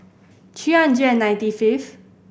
three hundred ninety fifth